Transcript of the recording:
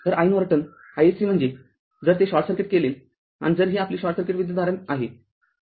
तर iNorton iSC म्हणजे जर ते शॉर्ट सर्किट केले आणि जर ही आपली शॉर्ट सर्किट विद्युतधारा आहे